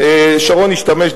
שרון השתמש,